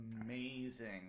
Amazing